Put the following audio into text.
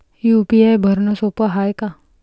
UPI भरनं सोप हाय का?